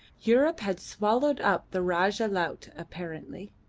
europe had swallowed up the rajah laut apparently,